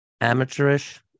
amateurish